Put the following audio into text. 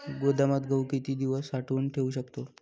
गोदामात गहू किती दिवस साठवून ठेवू शकतो?